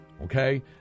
Okay